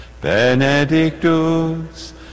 Benedictus